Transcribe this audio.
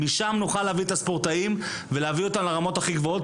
משם נוכל להביא את הספורטאים לרמות הכי גבוהות,